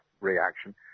reaction